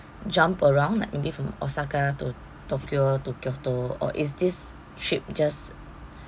jump around like maybe from osaka to tokyo to kyoto or is this trip just